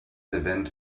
event